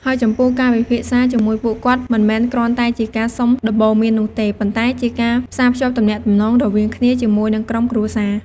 ហើយចំពោះការពិភាក្សាជាមួយពួកគាត់មិនមែនគ្រាន់តែជាការសុំដំបូន្មាននោះទេ ប៉ុន្តែជាការផ្សារភ្ជាប់ទំនាក់ទំនងរវាងគ្នាជាមួយនិងក្រុមគ្រួរសារ។